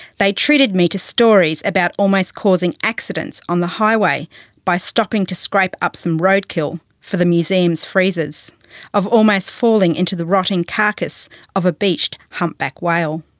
they treated me to stories about almost causing accidents on the highway by stopping to scrape up some roadkill for the museum's freezers of almost falling into the rotting carcass of a beached humpback whale.